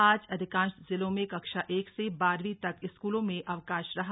आज अधिकांश जिलों में कक्षा एक से बारहवीं तक स्कूलों में अवकाश रहा